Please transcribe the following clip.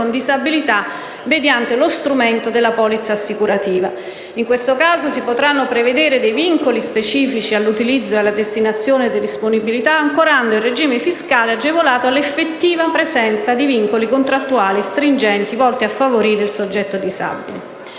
disabilità mediante lo strumento della polizza assicurativa. In questo caso si potranno prevedere vincoli specifici all'utilizzo ed alla destinazione delle disponibilità ancorando il regime fiscale agevolato alla effettiva presenza di vincoli contrattuali stringenti volti a favorire il soggetto disabile.